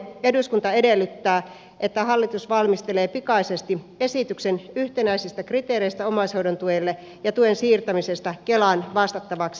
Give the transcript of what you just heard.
eduskunta edellyttää että hallitus valmistelee pikaisesti esityksen yhtenäisistä kriteereistä omaishoidon tuelle ja tuen siirtämisestä kelan vastattavaksi